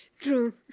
True